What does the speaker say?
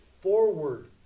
forward